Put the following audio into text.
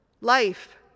Life